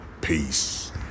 Peace